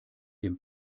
dem